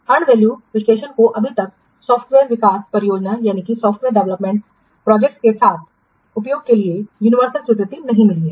earned value विश्लेषण को अभी तक सॉफ्टवेयर विकास परियोजनाओं के साथ उपयोग के लिए यूनिवर्सल स्वीकृति नहीं मिली है